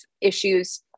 issues